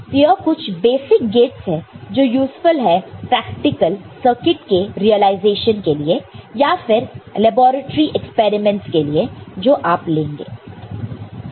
तो यह कुछ बेसिक गेटस है जो यूज़फुल है प्रैक्टिकल सर्किट के रीअलाइजेशन के लिए या फिर लैबोरेट्री एक्सपेरिमेंट्स के लिए जो आप लेंगे